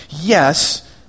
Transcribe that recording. Yes